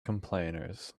complainers